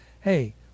hey